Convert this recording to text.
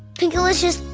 pinkalicious,